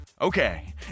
Okay